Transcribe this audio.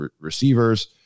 receivers